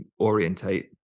orientate